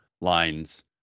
lines